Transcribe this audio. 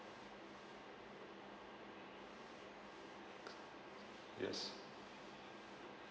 yes